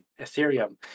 ethereum